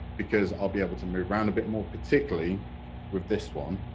because i'll be able to move around a bit more, particularly with this one,